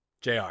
JR